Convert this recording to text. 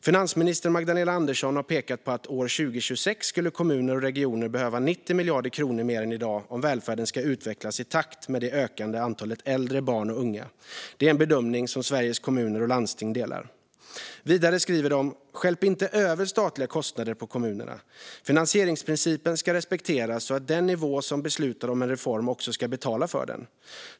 Finansminister Magdalena Andersson har pekat på att år 2026 skulle kommuner och regioner behöva 90 miljarder kronor mer än i dag om välfärden ska utvecklas i takt med det ökande antal äldre, barn och unga. Det är en bedömning Sveriges Kommuner och Landsting delar." Vidare skriver de: "Stjälp inte över statliga kostnader på kommunerna. Finansieringsprincipen ska respekteras så att den nivå som beslutar om en reform också ska betala för den.